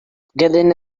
getting